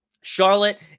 Charlotte